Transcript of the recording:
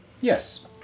yes